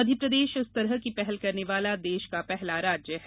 मध्यप्रदेश इस तरह का पहल करने वाला देश का पहला राज्य है